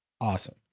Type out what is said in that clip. Awesome